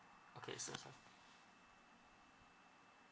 okay so